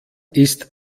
ist